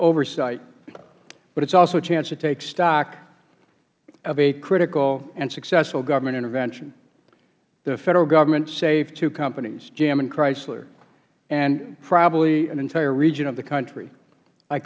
oversight but it's also a chance to take stock of a critical and successful government intervention the federal government saved two companies gm and chrysler and probably an entire region of the country i